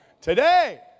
Today